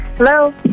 Hello